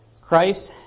Christ